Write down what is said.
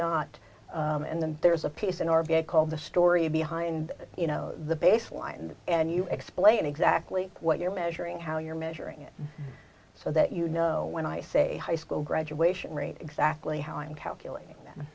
not and then there's a piece in r b i called the story behind you know the baseline and you explain exactly what you're measuring how you're measuring it so that you know when i say high school graduation rate exactly how i'm calculating th